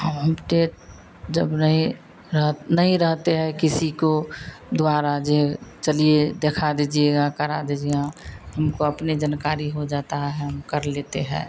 हम जब नहीं रह नहीं रहते हैं किसी के द्वारा जो चलिए दिखा दीजिएगा करा दीजिए हमको अपनी जानकारी हो जाती है हम कर लेते हैं